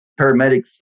paramedics